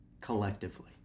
collectively